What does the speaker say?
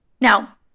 Now